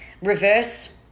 reverse